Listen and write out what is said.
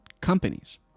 companies